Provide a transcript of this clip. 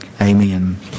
Amen